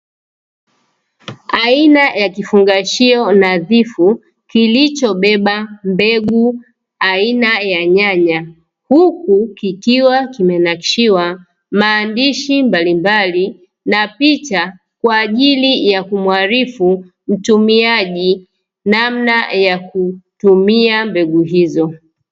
Aina ya kifungashio nadhifu kilichobeba mbegu aina ya nyanya, huku kikiwa kimenakshiwa maandishi mbalimbali na picha kwa ajili ya kumwarifu mtumiaji namna ya kutumia mbegu hizo.